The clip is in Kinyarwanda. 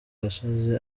gasozi